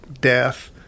death